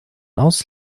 aus